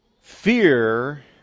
Fear